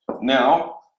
now